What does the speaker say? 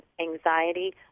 anxiety